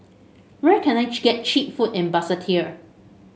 where can I get cheap food in Basseterre